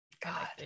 God